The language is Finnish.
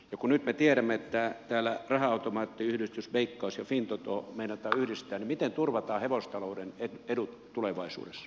kun nyt me tiedämme että täällä raha automaattiyhdistys veikkaus ja fintoto meinataan yhdistää niin miten turvataan hevostalouden edut tulevaisuudessa